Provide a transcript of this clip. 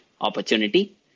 opportunity